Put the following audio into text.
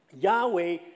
Yahweh